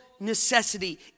necessity